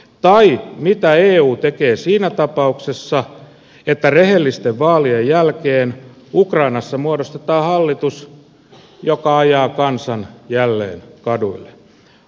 tai mitä eu tekee siinä tapauksessa että rehellisten vaalien jälkeen ukrainassa muodostetaan hallitus joka ajaa kansan jälleen kaduille